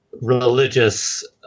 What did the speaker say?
religious